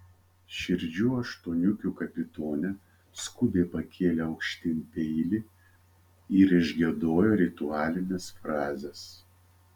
širdžių aštuoniukių kapitonė skubiai pakėlė aukštyn peilį ir išgiedojo ritualines frazes